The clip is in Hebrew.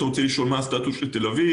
אתה רוצה לדעת מה הסטטוס של תל אביב,